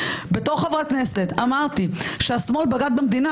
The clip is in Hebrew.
בתור חברת כנסת אמרתי שהשמאל בגד במדינה,